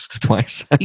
twice